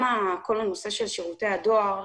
גם כל הנושא של שירותי הדואר,